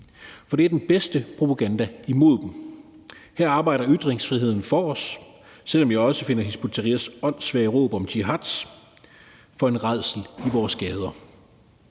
for det er den bedste propaganda imod dem. Her arbejder ytringsfriheden for os, selv om jeg også anser Hizb ut-Tahrirs åndssvage råb om jihad som en rædsel i vores gader.